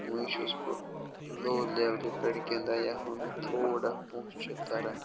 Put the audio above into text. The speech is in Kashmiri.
وۄنۍ چھُس بہٕ لو لیوولہِ پٮ۪ٹھ گِنٛدان یا ہوٚمہِ تھوڑا پۅنٛسہٕ چھِ تَران